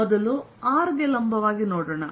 ಮೊದಲು r ಗೆ ಲಂಬವಾಗಿ ನೋಡೋಣ